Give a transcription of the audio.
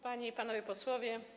Panie i Panowie Posłowie!